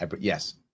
Yes